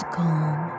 calm